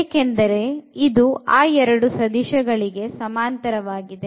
ಏಕೆಂದರೆ ಇದು ಆ ಎರಡು ಸದಿಶ ಗಳಿಗೆ ಸಮಾಂತರವಾಗಿದೆ